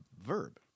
Verb